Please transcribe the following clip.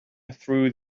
through